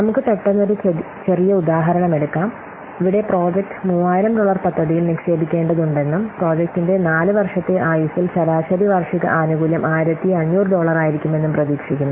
നമുക്ക് പെട്ടെന്ന് ഒരു ചെറിയ ഉദാഹരണം എടുക്കാം ഇവിടെ പ്രോജക്റ്റ് 3000 ഡോളർ പദ്ധതിയിൽ നിക്ഷേപിക്കേണ്ടതുണ്ടെന്നും പ്രോജക്റ്റിന്റെ നാല് വർഷത്തെ ആയുസ്സിൽ ശരാശരി വാർഷിക ആനുകൂല്യം 1500 ഡോളറായിരിക്കുമെന്നും പ്രതീക്ഷിക്കുന്നു